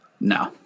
No